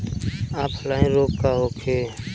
Offline रोग का होखे?